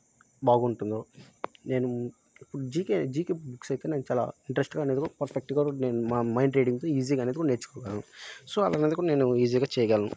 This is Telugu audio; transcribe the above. బాగుంటుందో నేను ఇప్పుడు జీకే జీకే బుక్స్ అయితే నేను చాలా ఇంట్రస్ట్గా అనేది పర్ఫెక్ట్గా కూడా నేను మా మైండ్ రీడింగ్తో ఈజీగా అనేది కూడా నేర్చుకోగలను సో అలా అందుకు నేను ఈజీగా చేయగలను